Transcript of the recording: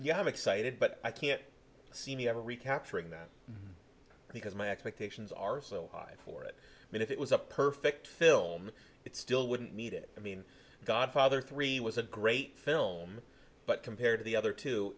have excited but i can't see me ever recapturing that because my expectations are so high for it and if it was a perfect film it still wouldn't need it i mean godfather three was a great film but compared to the other two